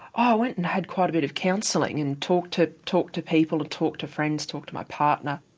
i went and had quite a bit of counselling and talked to talked to people and talked to friends, talked to my partner.